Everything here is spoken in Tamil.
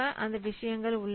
அந்த விஷயங்கள் உள்ளன